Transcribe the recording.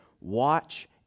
watch